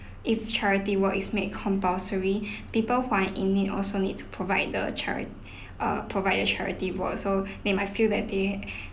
if charity work is made compulsory people who are in need also need to provide the charit~ err provide the charity work so they might feel that they